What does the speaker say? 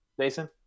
Jason